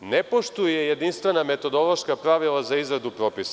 ne poštuje jedinstvena metodološka pravila za izradu propisa.